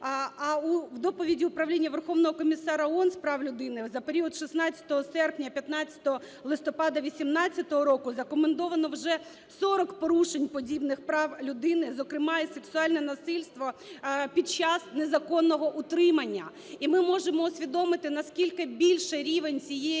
А в доповіді Управління Верховного комісара ООН з прав людини за період 16 серпня - 15 листопада 18-го року задокументовано вже 40 порушень подібних прав людини, зокрема і сексуальне насильство, під час незаконного утримання. І ми можемо усвідомити, наскільки більший рівень цієї